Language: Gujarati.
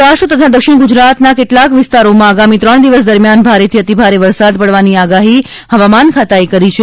સૌરાષ્ટ્ર તથા દક્ષિણ ગુજરાત કેટલાંક વિસ્તારોમાં આગામી ત્રણ દિવસ દરમ્યાન ભારેથી અતિભારે વરસાદ પડવાની આગાહી હવામાન ખાતાએ કરી છે